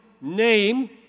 name